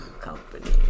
company